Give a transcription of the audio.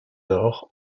nord